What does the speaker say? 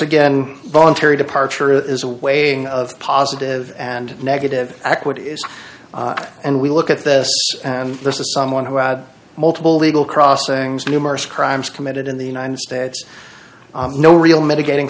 again voluntary departure is awaiting of positive and negative equity and we look at this and this is someone who had multiple legal crossings numerous crimes committed in the united states no real mitigating